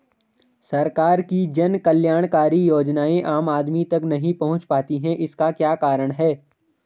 सरकार की जन कल्याणकारी योजनाएँ आम आदमी तक नहीं पहुंच पाती हैं इसका क्या कारण है?